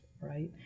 right